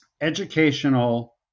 educational